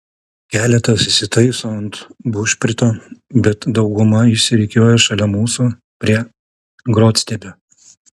keletas įsitaiso ant bušprito bet dauguma išsirikiuoja šalia mūsų prie grotstiebio